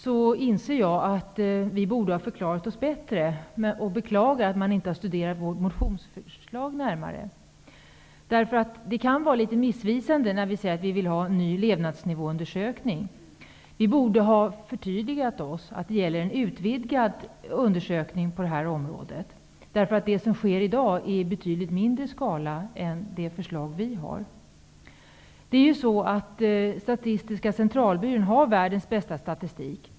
Jag inser att vi borde ha förklarat oss bättre och beklagar att man inte har studerat våra motionsförslag närmare. Vi säger att vi vill ha en ny levnadsnivåundersökning, och det kan vara litet missvisande. Vi borde ha förtydligat oss och nämnt att det gäller en utvidgad undersökning på detta område. Det som sker i dag är i betydligt mindre skala än vad vi föreslår. Statistiska centralbyrån har världens bästa statistik.